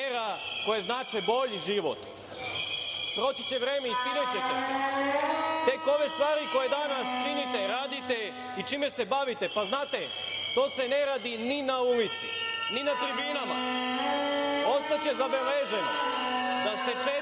koje znače bolji život. Proći će vreme i stidećete se tek ove stvari koje danas činite i radite i čime se bavite. Pa znate, to se ne radi ni na ulici, ni na tribinama. Ostaće zabeleženo da ste 4.